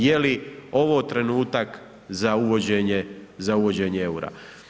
Je li ovo trenutak za uvođenje eura.